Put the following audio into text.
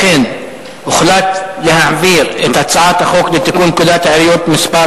לכן הוחלט להעביר את הצעת החוק לתיקון פקודת העיריות (מס'